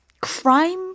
crime